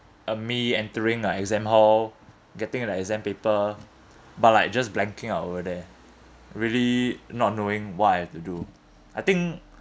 uh me entering the exam hall getting the exam paper but like just blanking out over there really not knowing what I have to do I think